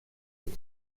بگین